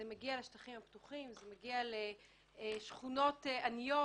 זה מגיע לשטחים הפתוחים, זה מגיע לשכונות עניות,